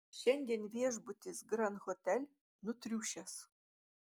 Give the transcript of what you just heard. šiandien viešbutis grand hotel nutriušęs